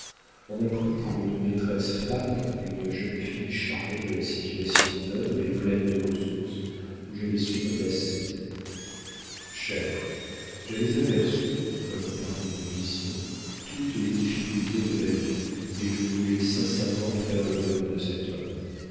on a pris pour une maîtresse femme une jeune fille charmée de la situation neuve et pleine de ressources où j'avais su me placer chère j'avais aperçu comme par une vision toutes les difficultés de ma vie et je voulais sincèrement faire le bonheur de cet homme